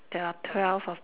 there are twelve of